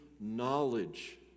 knowledge